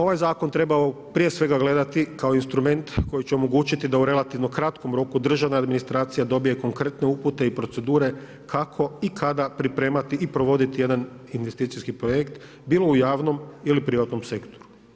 Ovaj zakon treba prije svega gledati kao instrument koji će omogućiti da u relativnom kratkom roku državna administracija dobije konkretne upute i procedure kako i kada pripremati i provoditi jedan investicijski projekt bilo u javnom ili privatnom sektoru.